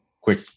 quick